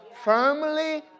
firmly